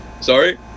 Sorry